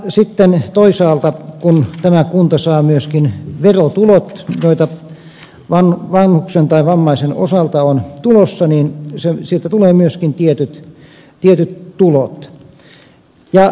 sitten toisaalta kun tämä kunta saa myöskin verotulot joita vanhuksen tai vammaisen osalta on tulossa niin siitä tulee myöskin tietyt tulot